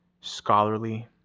scholarly